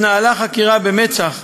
התנהלה חקירה במצ"ח,